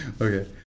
okay